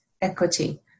equity